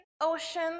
ocean